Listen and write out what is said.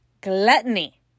gluttony